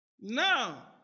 Now